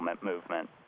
movement